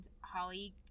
Holly